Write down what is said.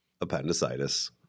appendicitis